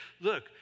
look